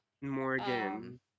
Morgan